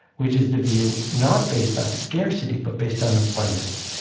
which is the view not based on scarcity but based on abundance.